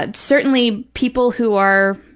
ah certainly people who are,